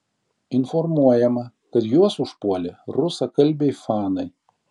informuojama kad juos užpuolė rusakalbiai fanai